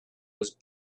was